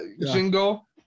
jingle